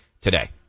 today